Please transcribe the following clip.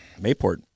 Mayport